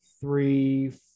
three